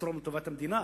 נתרום לטובת המדינה.